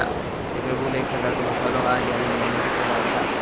चक्रफूल एक प्रकारचो मसालो हा जेना जेवणाची चव वाढता